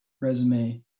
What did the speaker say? resume